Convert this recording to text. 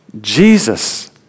Jesus